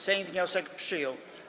Sejm wniosek przyjął.